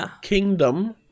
kingdom